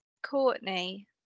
Courtney